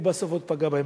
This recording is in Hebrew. הוא בסוף עוד פגע בהם.